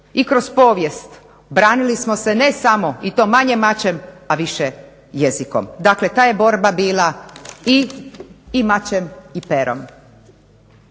I kroz povijest branili smo se ne samo i to ne manje mačem a više jezikom. Dakle ta je borba bila i mačem i perom.